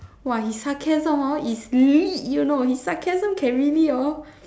!wah! he sarcasm hor is 力 you know his sarcasm can really hor